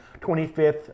25th